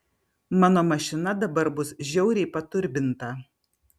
mano mašina dabar bus žiauriai paturbinta